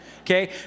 okay